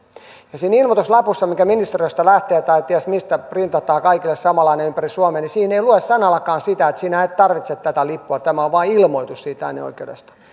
ja siinä ilmoituslapussa joka ministeriöstä lähtee tai ties mistä printataan kaikille samanlainen ympäri suomea ei lue sanallakaan sitä että sinä et tarvitse tätä lippua tämä on vain ilmoitus äänioikeudesta